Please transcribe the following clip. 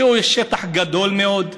שהוא שטח גדול מאוד,